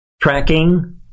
tracking